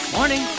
Morning